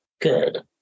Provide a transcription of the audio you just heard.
good